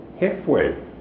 halfway